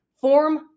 form